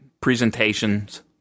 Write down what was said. presentations